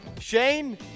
Shane